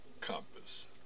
compass